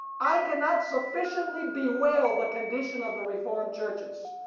i cannot sufficiently bewail the condition of the reformed churches,